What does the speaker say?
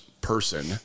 person